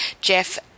Jeff